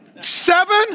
Seven